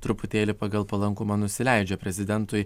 truputėlį pagal palankumą nusileidžia prezidentui